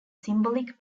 symbolic